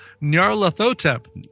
Nyarlathotep